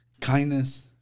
kindness